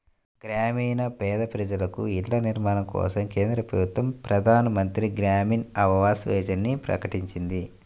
గ్రామీణ పేద ప్రజలకు ఇళ్ల నిర్మాణం కోసం కేంద్ర ప్రభుత్వం ప్రధాన్ మంత్రి గ్రామీన్ ఆవాస్ యోజనని ప్రకటించింది